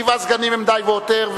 שבעה סגנים הם די והותר,